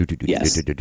Yes